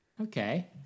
okay